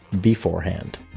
beforehand